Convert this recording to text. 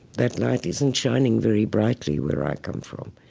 that light isn't shining very brightly where i come from.